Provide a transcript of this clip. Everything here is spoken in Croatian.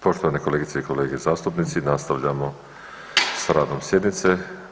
Poštovane kolegice i kolege zastupnici nastavljamo s radom sjednice.